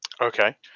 Okay